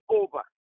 over